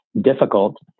difficult